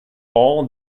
all